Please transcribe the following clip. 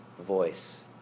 voice